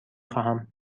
خواهم